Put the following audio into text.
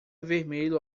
vermelho